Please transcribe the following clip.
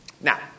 Now